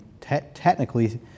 technically